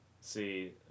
see